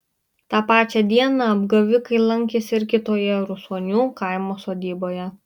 tą pačią dieną apgavikai lankėsi ir kitoje rusonių kaimo sodyboje